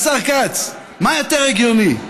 והשר כץ, מה יותר הגיוני,